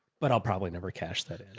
but i'll probably never cash that and